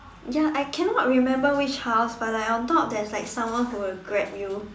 ya I cannot remember which house but like on top there's like someone who will grab you